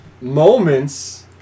moments